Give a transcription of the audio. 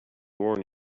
born